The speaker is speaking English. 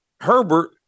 Herbert